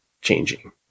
changing